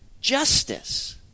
Justice